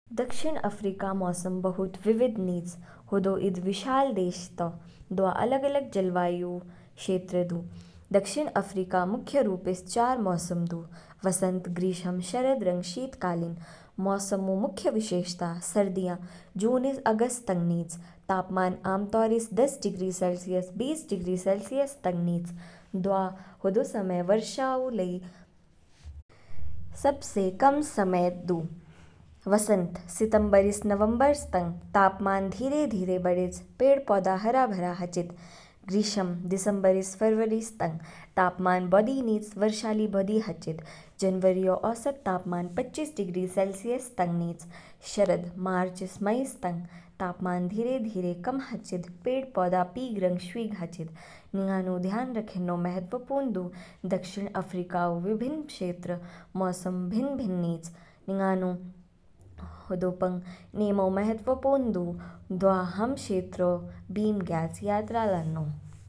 दक्षिण अफ़्रीका मौसम बहुत विविध निज हदौ ईद विशाल देश तौ दवा अलग अलग जलवायु क्षेत्र दु। दक्षिण अफ़्रीका मुख्य रूपस चार मौसम दु, वसंत, ग्रीष्म, शरद रंग शीतकालीन। मौसम ऊ मुख्य विशेषता, सर्दियाँ जून ईस अगस्त तंग निच, तापमान आमतौरस दस डिग्री सेलसियस बीस डिग्री सेलसियस तंग निच, दवा हदौ समय वर्षा ऊ लई सबसे कम समय दु। वसंत, सितंबर ईस नवंबर तंग, तापमान धीरे धीरे बढ़ेच, पेड़ पौधा हरा भरा हाचिद। ग्रीष्म, दिसंबर स फरवरी तंग, तापमान बौधि निज वर्षा ली बौधि हाचिद, जनवरीऔ औसत तापमान पच्चीस डिग्री सेलसियस तंग निच। शरद, मार्च ईस मई तंग, तापमान धीरे धीरे कम हाचिद पेड़ पौधे पीग रंग शवीग हाचिद। निंगानु ध्यान रखेन्नौ महत्वपूर्ण दु दक्षिण अफ़्रीका ऊ विभिन्न क्षेत्रों मौसम भिन्न भिन्न निच, निंगानु होदौपंग निमौ महत्वपूर्ण दु दवा हाम क्षेत्रों बीम ज्ञयाच यात्रा लान्नौ।